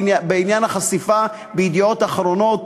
בעניין החשיפה ב"ידיעות אחרונות",